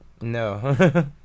No